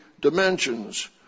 dimensions